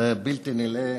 בלתי נלאה,